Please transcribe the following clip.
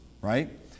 right